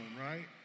right